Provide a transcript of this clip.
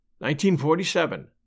1947